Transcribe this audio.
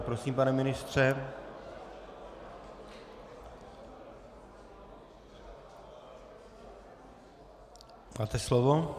Prosím, pane ministře, máte slovo.